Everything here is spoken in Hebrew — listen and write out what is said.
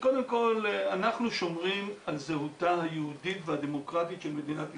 שקודם כל אנחנו שומרים על זהותה היהודית והדמוקרטית של מדינת ישראל.